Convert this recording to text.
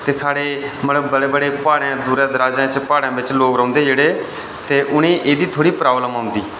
ते साढ़े मतलब बड़े बड़े प्हाड़े दूरें दराजें प्हाड़ें बिच लोक रौंह्दे जेह्ड़े ते उ'नें गी एह्दी थोह्ड़ी प्रॉब्लम औंदी